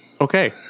Okay